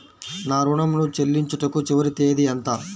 నా ఋణం ను చెల్లించుటకు చివరి తేదీ ఎంత?